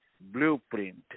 blueprint